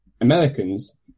Americans